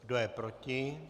Kdo je proti?